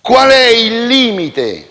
qual è il limite